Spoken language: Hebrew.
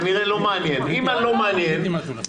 התעשיינים לא מייצגים את המגזר העסקי,